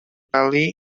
bali